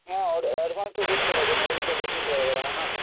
হ্যাঁ অ্যাডভান্স তো করতে হবে নইলে তো বুকিং করা যাবে না না